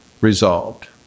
resolved